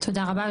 תודה רבה.